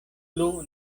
plu